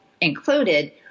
included